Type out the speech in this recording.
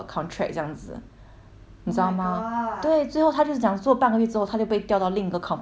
你知道吗对最后他就只有做半个月之后他就被调到另一个 company 就是 continue 这样子